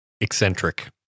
eccentric